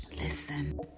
listen